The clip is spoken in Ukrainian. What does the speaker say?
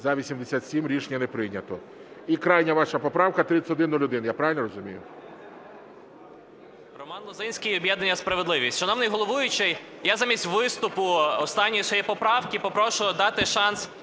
За-87 Рішення не прийнято. І крайня ваша поправка 3101. Я правильно розумію?